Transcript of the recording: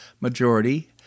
majority